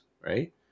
right